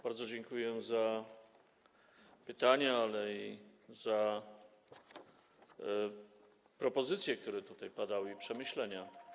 Bardzo dziękuję za pytania, ale i za propozycje, które tutaj padały, i za przemyślenia.